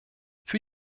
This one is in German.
für